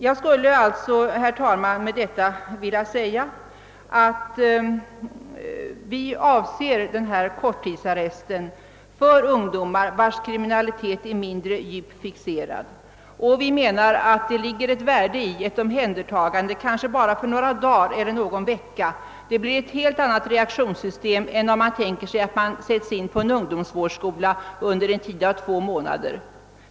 Jag skulle alltså, herr talman, med detta vilja säga, att vi avser denna korttidsarrest för ungdomar vilkas kriminalitet är mindre djupt fixerad, och vi menar att det ligger ett värde i ett omhändertagande kanske bara för några dagar eller någon vecka. Det blir ett belt annat reaktionssystem än om man sätter in vederbörande på en ungdomsvårdsskola under en tid av två månader.